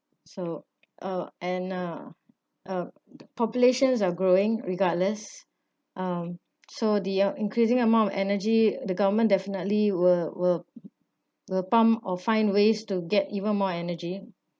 so uh and uh populations are growing regardless um so the increasing amount of energy the government definitely will will the pump or find ways to get even more energy